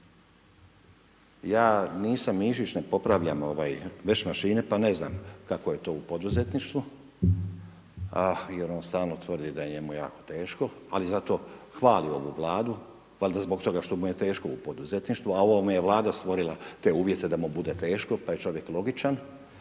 Ja nisam Mišić, ne popravljam vešmašine, pa ne znam kako je to poduzetništvu jer on stalno tvrdi da je njemu jako teško. Ali zato hvali ovu Vladu, valjda zbog toga što mu je teško u poduzetništvu, a ova mu je Vlada stvorila te uvjete da mu bude teško pa je čovjek logičan